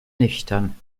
nüchtern